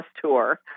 tour